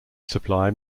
supply